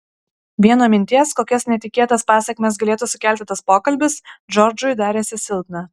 vien nuo minties kokias netikėtas pasekmes galėtų sukelti tas pokalbis džordžui darėsi silpna